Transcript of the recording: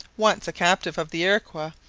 once a captive of the iroquois,